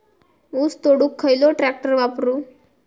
ऊस तोडुक खयलो ट्रॅक्टर वापरू?